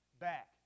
back